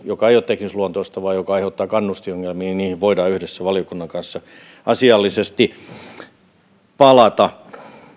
joka ei ole teknisluontoista vaan aiheuttaa kannustinongelmia niihin voidaan yhdessä valiokunnan kanssa asiallisesti palata